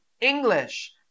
English